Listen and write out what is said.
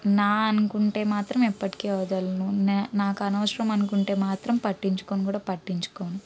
నా అనుకుంటే మాత్రం ఎప్పటికీ వదలను నా నాకనవసరం అనుకుంటే మాత్రం పట్టించుకోను కూడా పట్టించుకోను